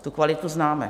Tu kvalitu známe.